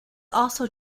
also